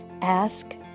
ask